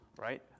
right